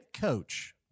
coach